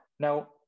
Now